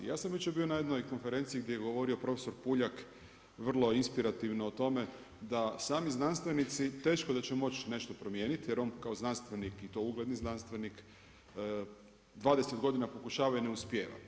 Ja sam jučer bio na jednoj konferenciji gdje je govorio profesor Puljak vrlo inspirativno o tome da sami znanstvenici teško da će moći nešto promijeniti jer on kao znanstvenik i to ugledni znanstvenik 20 godina pokušava i ne uspijeva.